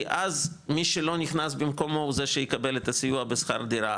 כי אז מי שלא נכנס במקומו הוא זה שיקבל את הסיוע בשכר דירה,